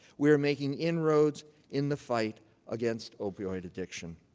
we are making inroads in the fight against opioid addiction.